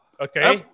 Okay